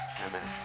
Amen